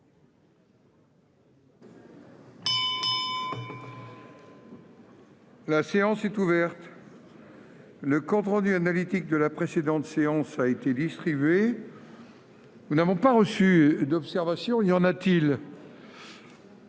La séance est ouverte. Le compte rendu analytique de la précédente séance a été distribué. Il n'y a pas d'observation ?